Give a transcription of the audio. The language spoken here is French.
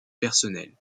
personnel